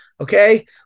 okay